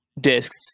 discs